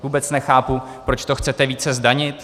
Vůbec nechápu, proč to chcete více zdanit.